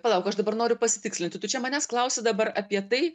palauk aš dabar noriu pasitikslinti tu čia manęs klausi dabar apie tai